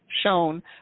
shown